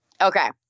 Okay